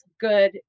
good